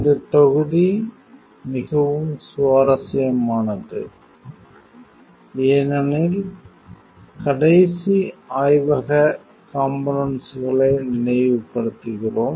இந்த தொகுதி மிகவும் சுவாரஸ்யமானது ஏனெனில் கடைசி ஆய்வக காம்போனென்ட்ஸ்களை நினைவுபடுத்துகிறோம்